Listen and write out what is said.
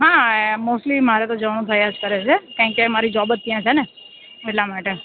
હા મોસ્ટલી મારે તો જવાનું થયા જ કરે છે કારણ કે મારી જોબ જ ત્યાં છે ને એટલા માટે